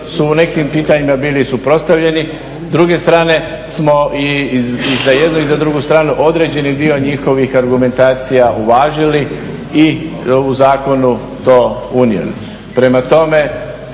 su u nekim pitanjima bili suprotstavljeni. S druge strane smo i za jednu i za drugu stranu određeni dio njihovih argumentacija u važili i u zakonu to unijeli. Prema tome